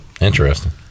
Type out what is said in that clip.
Interesting